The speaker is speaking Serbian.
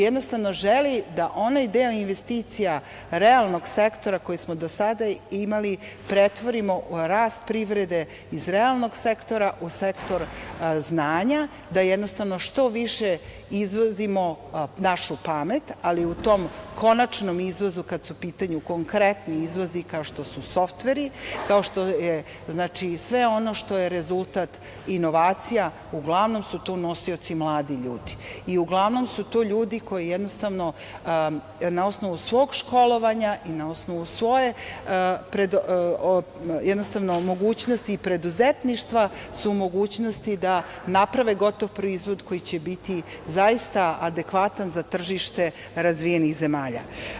Jednostavno želi da onaj deo investicija realnog sektora koji smo sada imali pretvorimo u rast privrede iz realnog sektora u sektor znanja, da jednostavno što više izvozimo našu pamet, ali u tom konačnom izvozu kad su u pitanju konkretni izvozi kao što su softveri, kao što je sve ono što je rezultat inovacija uglavnom su tu nosioci mladi ljudi i uglavnom su to ljudi koji jednostavno na osnovu svog školovanja i na osnovu svoje mogućnosti preduzetništva su u mogućnosti da naprave gotov proizvod koji će biti zaista adekvatan za tržište razvijenih zemalja.